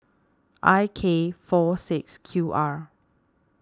I K four six Q R